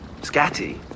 scatty